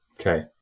Okay